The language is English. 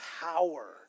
power